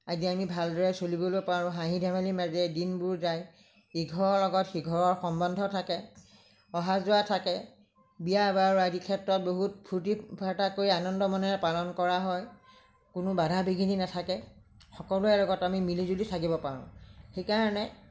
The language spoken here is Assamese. আদি আমি ভালদৰে চলিবলৈ পাৰোঁ হাঁহি ধেমালিৰ মাজেৰে দিনবোৰ যায় ইঘৰৰ লগত সিঘৰৰ সম্বন্ধ থাকে অহা যোৱা থাকে বিয়া বাৰু আদিৰ ক্ষেত্ৰত বহুত ফূৰ্তি ফাৰ্তা কৰি আনন্দ মনেৰে পালন কৰা হয় কোনো বাধা বিঘিনি নাথাকে সকলোৰে লগত আমি মিলি জুলি থাকিব পাৰোঁ সেইকাৰণে